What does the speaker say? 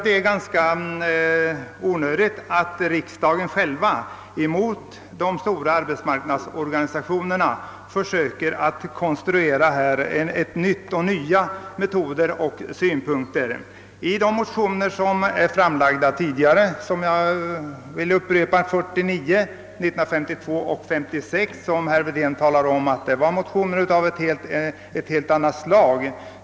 Det är ganska onödigt att mot de stora arbetsmarknadsorganisationerna försöka att konstruera nya metoder och synpunkter för att få riksdagen att ge sitt bifall. Herr Wedén säger att de motioner som väcktes under åren 1949, 1952 och 1956 var av helt annat slag.